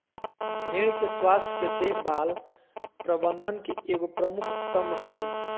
भेड़ के स्वास्थ के देख भाल प्रबंधन के एगो प्रमुख स्तम्भ हइ